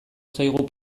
zaigu